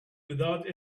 without